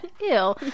ew